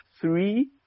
three